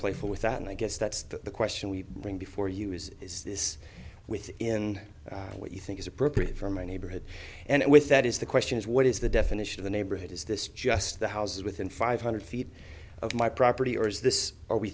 playful with that and i guess that's the question we bring before use is this with in what you think is appropriate for my neighborhood and with that is the question is what is the definition of the neighborhood is this just the house within five hundred feet of my proper or is this are we